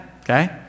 okay